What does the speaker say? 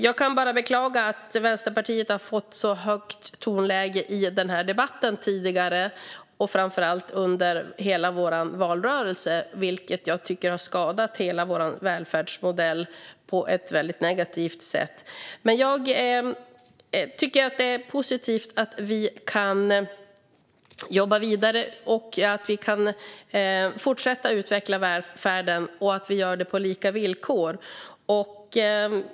Jag kan bara beklaga att Vänsterpartiet har fått ha ett så högt tonläge i denna debatt tidigare och framför allt under hela vår valrörelse, vilket jag tycker har skadat hela vår välfärdsmodell på ett mycket negativt sätt. Men det är positivt att vi kan jobba vidare, att vi kan fortsätta utveckla välfärden och att vi gör det på lika villkor.